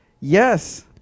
Yes